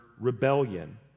rebellion